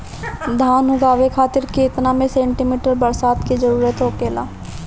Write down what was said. धान उगावे खातिर केतना सेंटीमीटर बरसात के जरूरत होखेला?